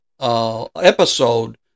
episode